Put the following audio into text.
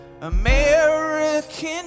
American